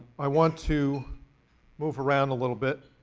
i want to move around a little bit.